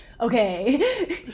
okay